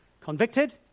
Convicted